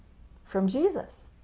from jesus!